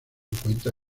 encuentra